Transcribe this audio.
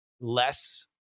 less